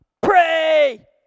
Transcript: pray